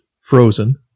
frozen